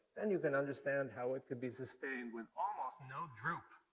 then you can understand how it could be sustained with almost no droop,